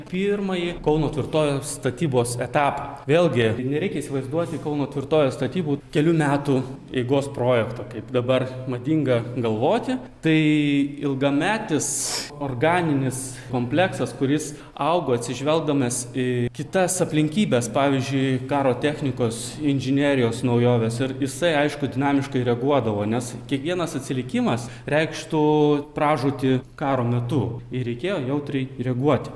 pirmąjį kauno tvirtovės statybos etapą vėlgi nereikia įsivaizduoti kauno tvirtovės statybų kelių metų eigos projekto kaip dabar madinga galvoti tai ilgametis organinis kompleksas kuris augo atsižvelgdamas į kitas aplinkybes pavyzdžiui karo technikos inžinerijos naujovės ir jisai aišku dinamiškai reaguodavo nes kiekvienas atsilikimas reikštų pražūtį karo metu ir reikėjo jautriai reaguoti